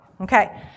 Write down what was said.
Okay